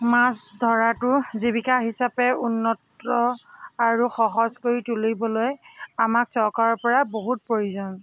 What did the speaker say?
মাছ ধৰাতো জীৱিকা হিচাপে উন্নত আৰু সহজ কৰি তুলিবলৈ আমাক চৰকাৰৰ পৰা বহুত প্ৰয়োজন